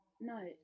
No